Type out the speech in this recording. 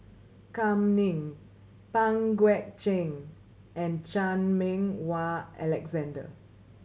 Kam Ning Pang Guek Cheng and Chan Meng Wah Alexander